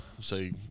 say